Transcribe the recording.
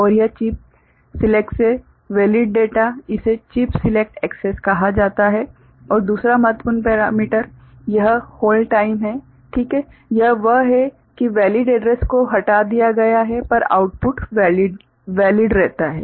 और यह chip select से वेलिड डेटा इसे चिप सिलेक्ट एक्सेस कहा जाता है और दूसरा महत्वपूर्ण पैरामीटर यह होल्ड टाइम है ठीक है यह वह है कि वेलिड एड्रैस को हटा दिया गया है पर आउटपुट वेलिड रहता है